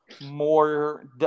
more